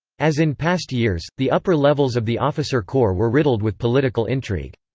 as in past years, the upper levels of the officer corps were riddled with political intrigue.